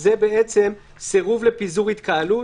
זה בעצם סירוב לפיזור התקהלות,